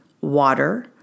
water